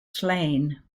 slain